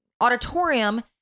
auditorium